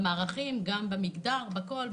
במערכים, במגדר וכולי.